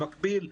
במקביל,